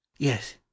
Yes